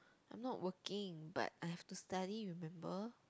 I'm not working but I have to study remember